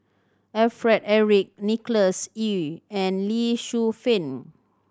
Alfred Eric Nicholas Ee and Lee Shu Fen